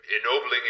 ennobling